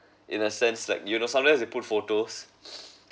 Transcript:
in a sense like you know sometimes you put photos